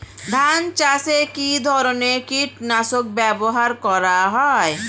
ধান চাষে কী ধরনের কীট নাশক ব্যাবহার করা হয়?